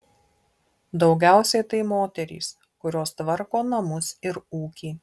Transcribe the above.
daugiausiai tai moterys kurios tvarko namus ir ūkį